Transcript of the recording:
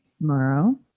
tomorrow